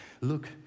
Look